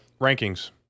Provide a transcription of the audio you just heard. rankings